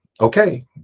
okay